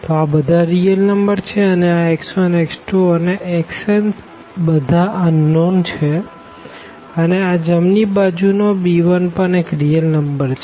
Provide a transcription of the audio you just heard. તો આ બધા રીઅલ નંબર છે અને આ x1 x2 અને xnબધા અનનોન છે અને આ જમણી બાજુ નો b1પણ એક રીઅલ નંબર છે